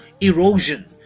erosion